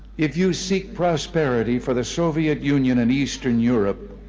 if you seek prosperity for the soviet union and eastern europe,